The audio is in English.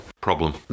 problem